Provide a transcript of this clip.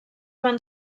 van